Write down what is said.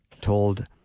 told